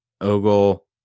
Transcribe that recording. Ogle